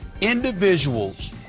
individuals